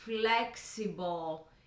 flexible